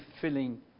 filling